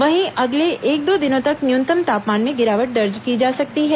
वहीं अगले एक दो दिनों तक न्यूनतम तापमान में गिरावट दर्ज की जा सकती है